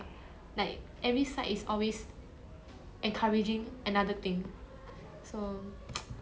ya I agree lah it's just I think asian culture is still the norm that skinny is